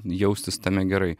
jaustis tame gerai